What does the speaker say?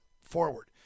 forward